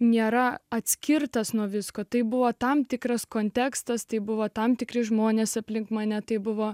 nėra atskirtas nuo visko taip buvo tam tikras kontekstas tai buvo tam tikri žmonės aplink mane tai buvo